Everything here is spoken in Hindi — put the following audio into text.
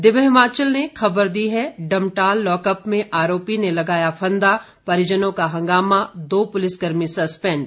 दिव्य हिमाचल ने खबर दी है डमटाल लॉकअप में आरोपी ने लगाया फंदा परिजनों का हंगामा दो पुलिसकर्मी सस्पेंड